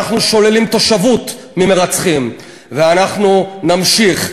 אנחנו שוללים תושבות ממרצחים, ואנחנו נמשיך.